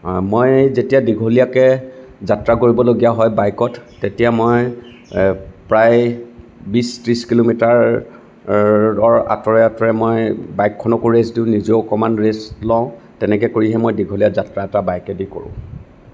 মই যেতিয়া দীঘলীয়াকে যাত্ৰা কৰিব লগা হয় বাইকত তেতিয়া মই প্ৰায় বিশ ত্ৰিছ কিলোমিটাৰৰ আঁতৰে আঁতৰে মই বাইকখনকো ৰেষ্ট দিওঁ নিজেও অকণমান ৰেষ্ট লওঁ তেনেকে কৰিহে মই দীঘলীয়া যাত্ৰা এটা বাইকেদি কৰোঁ